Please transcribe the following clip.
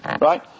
right